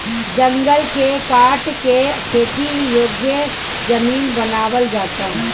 जंगल के काट के खेती योग्य जमीन बनावल जाता